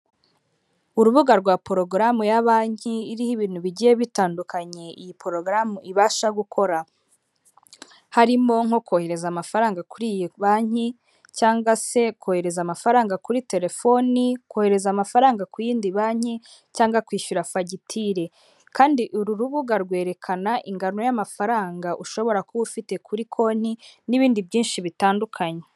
Urubuga rwa porogaramu ya banki iriho ibintu bigiye bitandukanye iyi porogaramu ibasha gukora, harimo nko kohereza amafaranga kuri iyi banki, cyangwa se kohereza amafaranga kuri telefoni, kohereza amafaranga ku yindi banki cyangwa kwishyura fagitire, kandi uru rubuga rwerekana ingano y'amafaranga ushobora kuba ufite kuri konti n'ibindi byinshi bitandukanye.